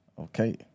Okay